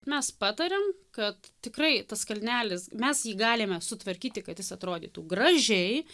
mes patariam kad tikrai tas kalnelis mes jį galime sutvarkyti kad jis atrodytų gražiai